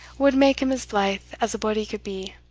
wad make him as blythe as a body could be.